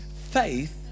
faith